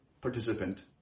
participant